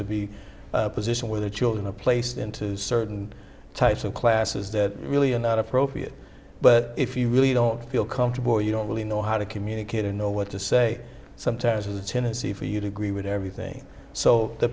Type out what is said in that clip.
to be position where the children are placed into certain types of classes that really are not appropriate but if you really don't feel comfortable or you don't really know how to communicate or know what to say sometimes there's a tendency for you to agree with everything so the